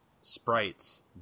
sprites